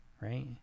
Right